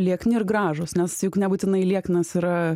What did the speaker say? liekni ir gražūs nes juk nebūtinai lieknas yra